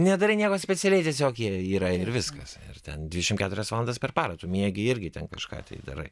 nedarai nieko specialiai tiesiog jie yra ir viskas ten dvidešim keturias valandas per parą tu miegi irgi ten kažką tai darai